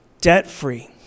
debt-free